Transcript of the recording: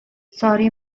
sorry